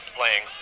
playing